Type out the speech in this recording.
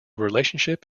relationship